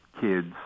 kids